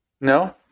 No